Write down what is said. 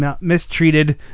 mistreated